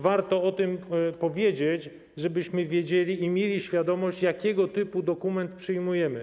Warto o tym powiedzieć, żebyśmy wiedzieli i mieli świadomość, jakiego typu dokument przyjmujemy.